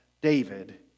David